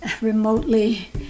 remotely